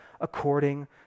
according